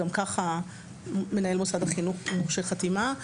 גם כך מנהל מוסד החינוך מורשה חתימה.